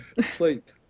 Sleep